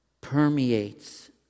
permeates